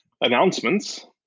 announcements